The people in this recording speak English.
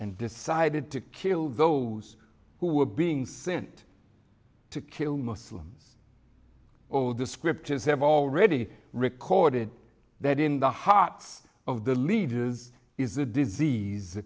and decided to kill those who were being sent to kill muslims oh the scriptures have already recorded that in the hearts of the leaders is a disease